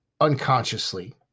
unconsciously